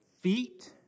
feet